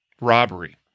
robbery